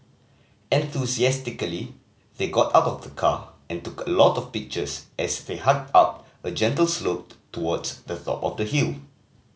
enthusiastically they got out of the car and took a lot of pictures as they hiked up a gentle slope towards the top of the hill